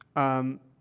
um,